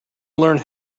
learned